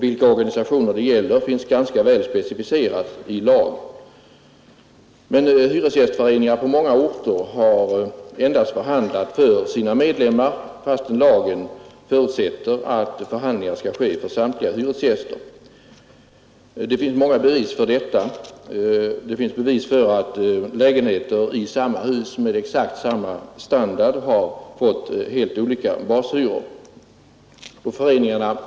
Vilka organisationer det gäller finns ganska väl specificerat i lag. Men hyresgästföreningar på många orter har endast förhandlat för sina medlemmar, fastän lagen förutsätter att förhandlingar skall ske för samtliga hyresgäster. Det finns många bevis för detta. Det finns exempel på att lägenheter i samma hus med exakt samma standard har åsatts helt olika bashyror.